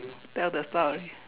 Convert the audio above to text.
tell the story